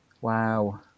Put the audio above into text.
wow